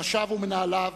ראשיו ומנהליו,